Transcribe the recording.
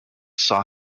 saw